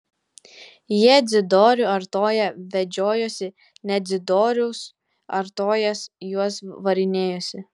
jie dzidorių artoją vedžiojosi ne dzidorius artojas juos varinėjosi